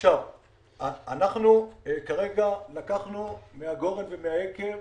אנחנו כרגע לקחנו מן הגורן ומן היקב,